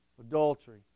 adultery